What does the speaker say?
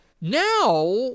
now